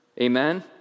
Amen